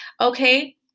Okay